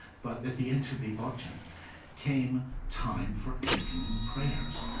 but at the end of the auction came time for afternoon prayers.